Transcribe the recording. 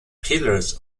pillars